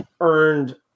earned